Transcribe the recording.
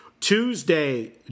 Tuesday